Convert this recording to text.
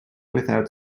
without